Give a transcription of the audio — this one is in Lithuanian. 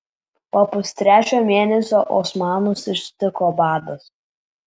po pustrečio mėnesio osmanus ištiko badas